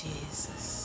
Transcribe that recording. Jesus